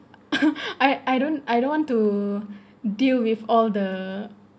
I I don't I don't want to deal with all the